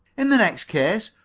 in the next case?